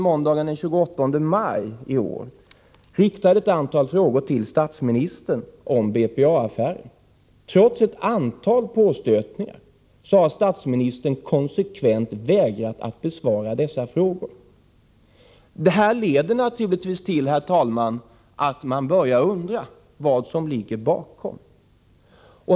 Måndagen den 28 maj i år riktade tidningen Expressen ett antal frågor till statsministern om BPA-affären. Trots ett antal påstötningar har statsministern konsekvent vägrat att besvara dessa frågor. Detta leder naturligtvis till, herr talman, att man börjar undra vad som ligger bakom.